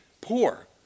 poor